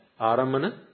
Arammana